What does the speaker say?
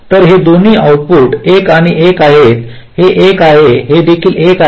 तर हे दोन्ही आउटपुट 1 आणि 1 आहेत हे 1 आहे हे देखील 1 आहे